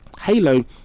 Halo